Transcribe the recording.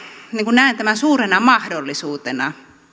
näen tämän suurena mahdollisuutena